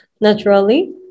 naturally